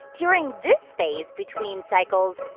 during this phase between cycles,